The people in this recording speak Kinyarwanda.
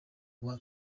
uwa